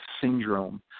syndrome